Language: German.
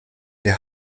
der